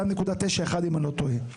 2.91% אם אני לא טועה.